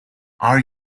are